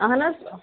اَہَن حظ